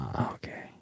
Okay